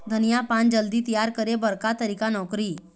धनिया पान जल्दी तियार करे बर का तरीका नोकरी?